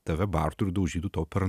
tave bartų ir daužytų tau per